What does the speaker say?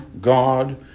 God